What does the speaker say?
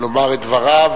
לומר את דבריו.